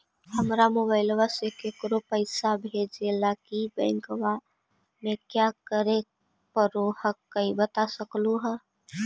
हमरा मोबाइलवा से केकरो पैसा भेजे ला की बैंकवा में क्या करे परो हकाई बता सकलुहा?